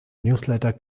newsletter